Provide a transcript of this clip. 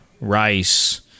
rice